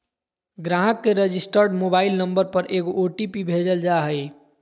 ग्राहक के registered mobile number पर एगो ओ.टी.पी भेजल जा हइ